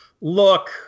look